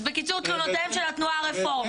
אז בקיצור, תלונותיהם של התנועה הרפורמית.